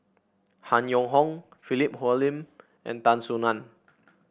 Han Yong Hong Philip Hoalim and Tan Soo Nan